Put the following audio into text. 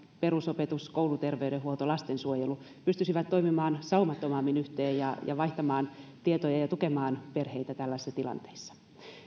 perusopetus kouluterveydenhuolto lastensuojelu pystyisivät toimimaan saumattomammin yhteen ja vaihtamaan tietoja ja tukemaan perheitä tällaisissa tilanteissa